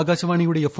ആകാശവാണിയുടെ എഫ്